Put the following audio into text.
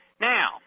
Now